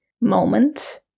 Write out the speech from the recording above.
moment